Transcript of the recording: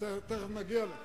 למה להמשיך עם השקר